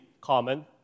common